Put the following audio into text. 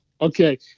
okay